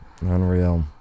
unreal